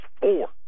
four